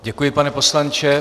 Děkuji, pane poslanče.